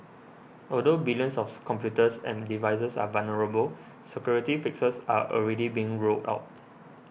although billions of computers and devices are vulnerable security fixes are already being rolled out